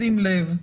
שים לב,